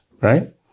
right